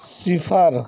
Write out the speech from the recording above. صفر